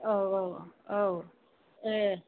औ औ औ ए